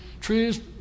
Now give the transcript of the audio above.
trees